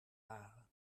waren